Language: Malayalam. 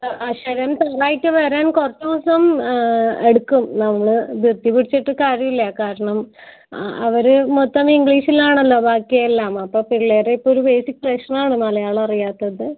ആ ആ ശരൺ ആയിട്ട് വരാൻ കുറച്ച് ദിവസം എടുക്കും നമ്മൾ ധൃതി പിടിച്ചിട്ട് കാര്യമില്ല കാരണം അവർ മൊത്തം ഇംഗ്ലീഷിലാണല്ലോ ബാക്കി എല്ലാം അപ്പോൾ പിള്ളേരെ ഇപ്പോൾ ഒരു ബേസിക് പ്രശ്നമാണ് മലയാളം അറിയാത്തത്